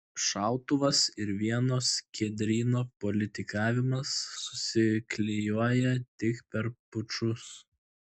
šautuvas ir vieno skiedryno politikavimas susiklijuoja tik per pučus